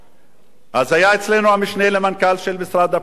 אז היה אצלנו המשנה למנכ"ל של משרד הפנים בוועדת הכספים,